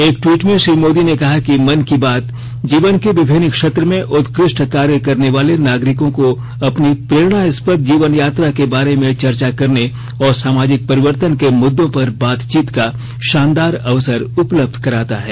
एक ट्वीट में श्री मोदी ने कहा कि मन की बात जीवन के विभिन्न क्षेत्र में उत्कृष्ट कार्य करने वाले नागरिकों को अपनी प्रेरणास्पद जीवन यात्रा के बारे में चर्चा करने और सामाजिक परिवर्तन के मुद्दों पर बातचीत का शानदार अवसर उपलब्ध कराता है